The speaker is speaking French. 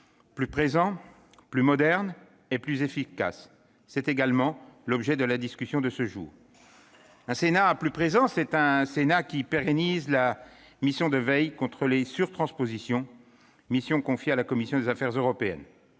plus présent, plus moderne et plus efficace. C'est également l'objet de la discussion de ce jour. Un Sénat plus présent, c'est un Sénat qui pérennise la mission de veille contre les surtranspositions, mission confiée à la commission des affaires européennes.